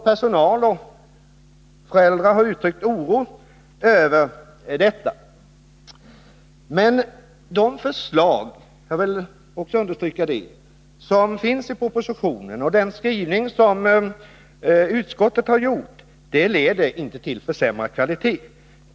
Personal och föräldrar har uttryckt sin oro över detta. Men jag vill understryka att de förslag som finns i propositionen och den skrivning som utskottet har gjort inte leder till någon försämrad kvalitet.